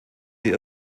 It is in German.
die